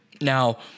Now